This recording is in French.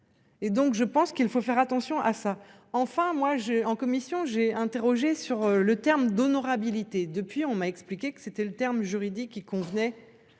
Et donc je pense qu'il faut faire attention à ça, enfin moi j'ai en commission, j'ai interrogé sur le terme d'honorabilité. Depuis on m'a expliqué que c'était le terme juridique il convenait.